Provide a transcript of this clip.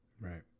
Right